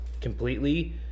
completely